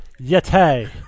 Yeti